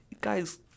Guys